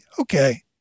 okay